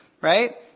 right